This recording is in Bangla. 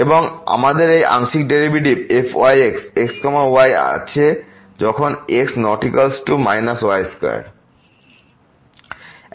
সুতরাং আমাদের এই আংশিক ডেরিভেটিভ fyxx y আছে যখন x ≠ y2